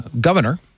governor